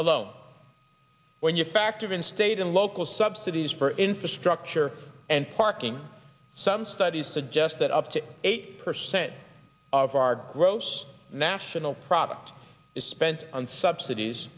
alone when you factor in state and local subsidies for infrastructure and parking some studies just that up to eight percent of our gross national product is spent on subsidies